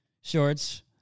shorts